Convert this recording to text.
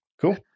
Cool